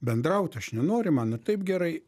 bendrauti aš nenoriu man ir taip gerai